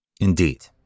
Indeed